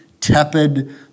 tepid